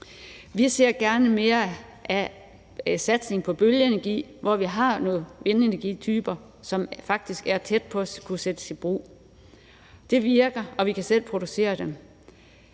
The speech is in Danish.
Vi ser gerne en stor satsning på bølgeenergi, hvor vi har nogle vindenergityper, som faktisk er tæt på at skulle tages i brug. Det virker, og vi kan selv producere dem.